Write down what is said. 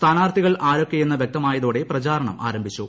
സ്ഥാനാർത്ഥികൾ ആരൊക്കെയെന്ന് വ്യക്തമായതോടെ പ്രചാരണം ആരംഭിച്ചു